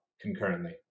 concurrently